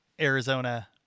Arizona